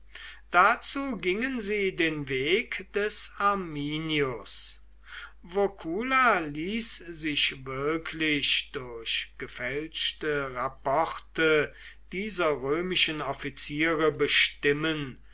dazu gingen sie den weg des arminius vocula ließ sich wirklich durch gefälschte rapporte dieser römischen offiziere bestimmen